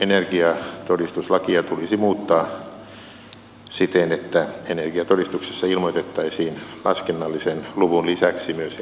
energiatodistuslakia tulisi muuttaa siten että energiatodistuksessa ilmoitettaisiin laskennallisen luvun lisäksi myös energian todellinen kulutus